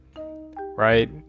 right